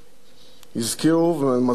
הזכירו ומזכירים כל שנה,